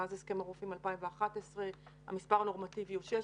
מאז הסכם הרופאים מ-2011 המספר הנורמטיבי הוא שש,